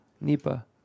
Nipa